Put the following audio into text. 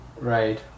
Right